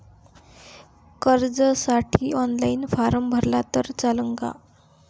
कर्जसाठी online form भरला तर चालन का?